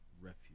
refuge